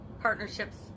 partnerships